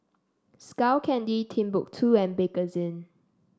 Skull Candy Timbuk two and Bakerzin